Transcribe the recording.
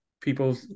people